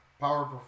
power